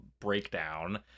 breakdown